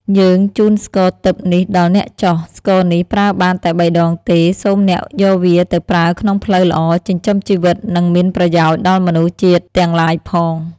យើង ជូនស្គរទិព្វនេះដល់អ្នកចុះ ។ ស្គរនេះប្រើបានតែបីដងទេសូមអ្នកយកវាទៅប្រើក្នុងផ្លូវល្អចិញ្ចឹមជីវិតនិងមាន ប្រយោជន៍ដល់មនុស្សជាតិទាំងឡាយផង ។